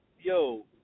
yo